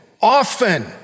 often